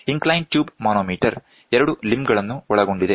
inclined tube manometer ಎರಡು limb ಗಳನ್ನು ಒಳಗೊಂಡಿದೆ